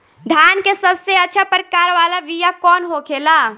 धान के सबसे अच्छा प्रकार वाला बीया कौन होखेला?